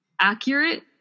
accurate